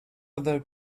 other